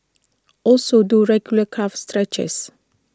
also do regular calf stretches